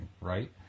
right